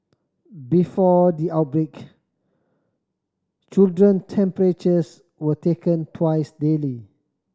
before the outbreak children temperatures were taken twice daily